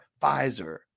Pfizer